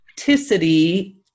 Authenticity